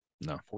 No